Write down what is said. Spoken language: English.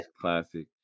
Classic